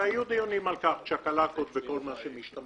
והיו דיונים על צ'קלקות וכל מה שמשתמע,